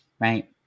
right